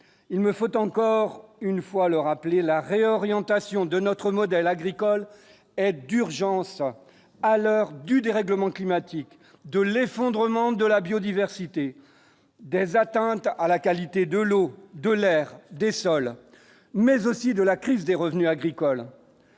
il me faut encore une fois le rappeler la réorientation de notre modèle agricole aide d'urgence à l'heure du dérèglement climatique, de l'effondrement de la biodiversité, des attentats à la qualité de l'eau, de l'air des sols mais aussi de la crise des revenus agricoles.